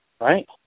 right